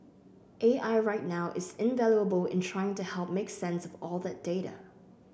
A I right now is invaluable in trying to help make sense of all that data